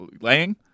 laying